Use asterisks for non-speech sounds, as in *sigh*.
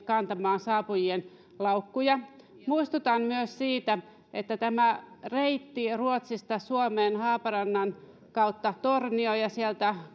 *unintelligible* kantamaan saapujien laukkuja muistutan myös siitä että tämä reitti ruotsista suomeen haaparannan kautta tornioon ja sieltä